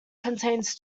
contains